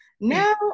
now